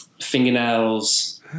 fingernails